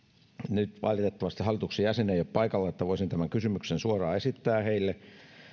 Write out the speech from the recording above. nyt valitettavasti hallituksen jäseniä ei ole paikalla että voisin tämän kysymyksen suoraan esittää heille